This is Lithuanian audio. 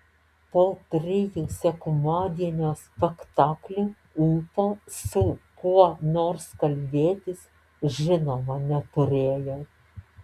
po trijų sekmadienio spektaklių ūpo su kuo nors kalbėtis žinoma neturėjau